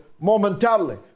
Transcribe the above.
momentarily